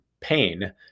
pain